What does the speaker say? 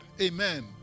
Amen